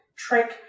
trick